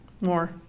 more—